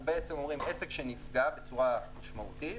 אנחנו אומרים שעסק שנפגע בצורה משמעותית,